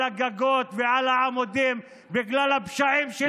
הגגות ועל העמודים היא בגלל הפשעים שלכם.